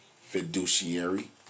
fiduciary